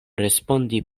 respondi